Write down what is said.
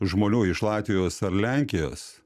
žmonių iš latvijos ar lenkijos